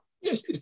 Yes